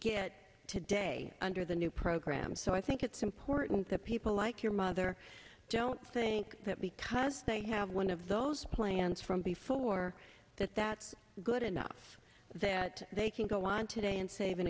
get today under the new program so i think it's important that people like your mother don't think that because they have one of those plans from before that that's good enough that they can go on today and save an